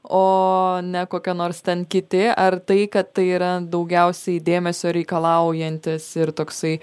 o ne kokia nors ten kiti ar tai kad tai yra daugiausiai dėmesio reikalaujantis ir toksai